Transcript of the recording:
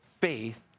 faith